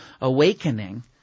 awakening